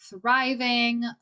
thriving